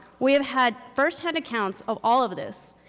we have had firsthand accounts of all of this,